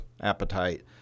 appetite